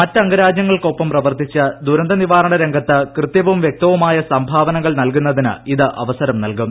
മറ്റ് അംഗരാജ്യങ്ങൾക്കൊപ്പം പ്രവർത്തിച്ച് ദുരന്ത നിവാരണ രംഗത്ത് കൃത്യവും വൃക്തവുമായ സംഭാവനകൾ നൽകുന്നതിന് ഇത് അവസരം നൽകും